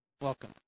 welcome